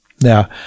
Now